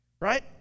right